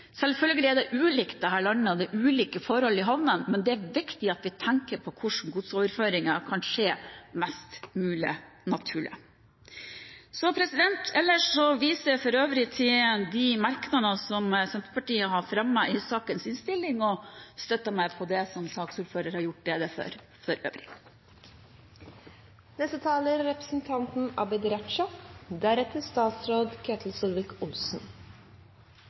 Selvfølgelig er det ulikt rundt om i landet, det er ulike forhold i havnene, men det er viktig at vi tenker på hvordan godsoverføringen kan skje mest mulig naturlig. Ellers viser jeg til de merknadene som Senterpartiet har fremmet i sakens innstilling, og støtter meg for øvrig på det som saksordføreren har gjort rede for. De endringene vi gjør i dag, er viktige. Jeg vil derfor berømme regjeringen for